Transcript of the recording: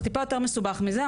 זה טיפה יותר מסובך מזה,